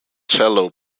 cello